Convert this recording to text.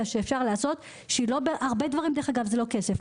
שאפשר לעשות שבהרבה דברים זה לא עניין של כסף,